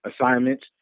assignments